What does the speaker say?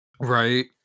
Right